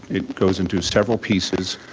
it goes into several pieces,